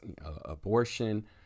abortion